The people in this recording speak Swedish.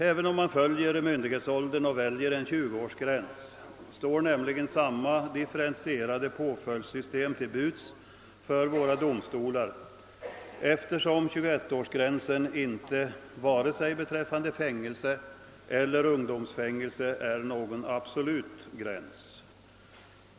Även om man följer myndighetsåldern och väljer en 20-årsgräns står nämligen samma differentierade påföljdssystem till buds för våra domstolar, eftersom 21-årsgränsen varken beträffande fängelse eller ungdomsfängelse är någon absolut gräns.